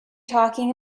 talking